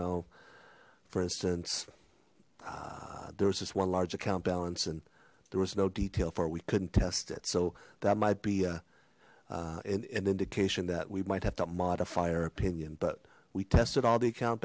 know for instance there was just one large account balance and there was no detail for we couldn't test it so that might be a an indication that we might have to modify our opinion but we tested all the account